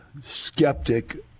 skeptic